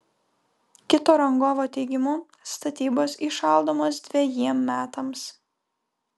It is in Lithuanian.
kito rangovo teigimu statybos įšaldomos dvejiem metams